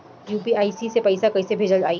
UPI से पैसा कइसे भेजल जाई?